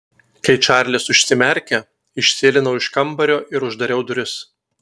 kai čarlis užsimerkė išsėlinau iš kambario ir uždariau duris